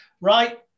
Right